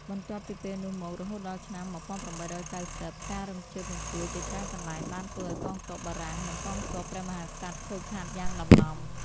បន្ទាប់ពីពេលនោះមក រហូតដល់ឆ្នាំ ១៨៩០ ការរំជើបរំជួលជាច្រើនកន្លែងបានធ្វើឱ្យកងទ័ពបារាំង និងកងទ័ពព្រះមហាក្សត្រខូចខាតយ៉ាងដំណំ។